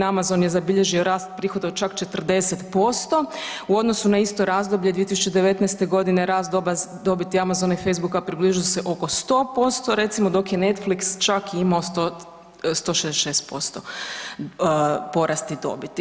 Amazon je zabilježio rast prihoda od čak 40% u odnosu na isto razdoblje 2019. godine rast dobiti Amazona i Facebooka približio se oko 100% recimo dok je Netflix čak imao 166% porast i dobiti.